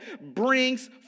brings